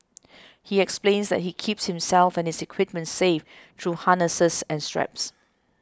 he explains that he keeps himself and his equipment safe through harnesses and straps